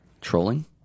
trolling